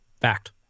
Fact